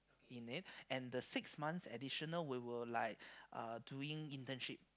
in it and the six months additional we will like uh doing internship